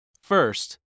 First